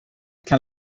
kan